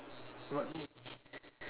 not